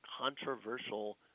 controversial